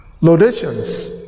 Laudations